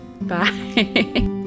Bye